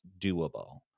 doable